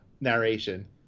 narration